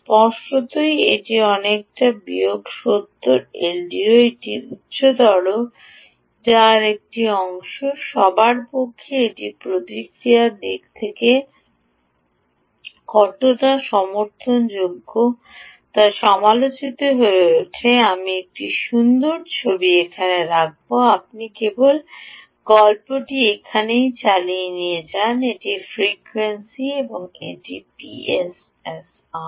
স্পষ্টতই এটি অনেকটা বিয়োগ 70 এলডিও একটি উচ্চতর যা একটি অংশ সবার পক্ষে এটির প্রতিক্রিয়ার দিক থেকে এটি কতটা সমর্থনযোগ্য তা সমালোচিত হয়ে ওঠে আমি একটি সুন্দর ছবি এখানে রাখব আমি কেবল গল্পটি এখানেই চালিয়ে যাব এটি ফ্রিকোয়েন্সি এবং এটি পিএসআরআর